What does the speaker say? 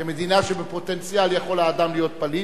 כמדינה שבפוטנציאל יכול האדם להיות פליט,